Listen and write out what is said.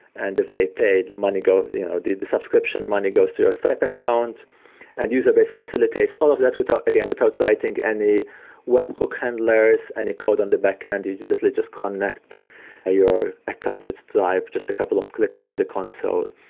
and if they paid money, you know the the subscription money goes to your stripe account and userbase facilitates all of that again, without so writing any webhook handlers and encode on the back-end. you literally just connect your accounts with stripe, just a couple of clicks from the console.